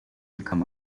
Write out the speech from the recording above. become